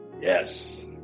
yes